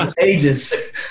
ages